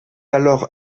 alors